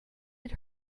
had